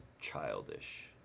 childish